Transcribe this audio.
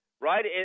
right